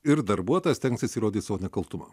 ir darbuotojas stengsis įrodyt savo nekaltumą